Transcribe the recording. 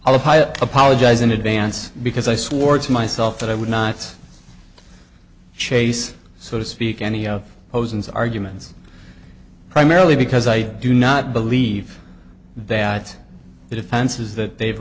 will apologize in advance because i swore to myself that i would not chase so to speak any of those ins arguments primarily because i do not believe that the defenses that they've